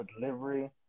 delivery